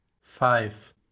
five